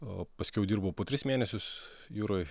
o paskiau dirbau po tris mėnesius jūroj